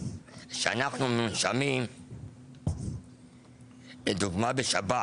שאנחנו מונשמים לדוגמה בשבת,